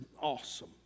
awesome